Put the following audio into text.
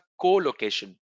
co-location